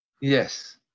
Yes